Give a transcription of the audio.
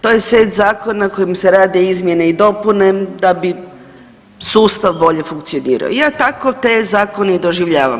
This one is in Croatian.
To je set zakona kojim se rade izmjene i dopune da bi sustav bolje funkcionirao, ja tako te zakone i doživljavam.